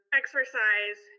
exercise